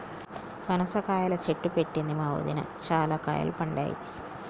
పనస కాయల చెట్టు పెట్టింది మా వదిన, చాల కాయలు పడ్డాయి